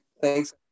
Thanks